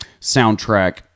soundtrack